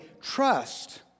trust